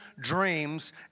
dreams